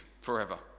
forever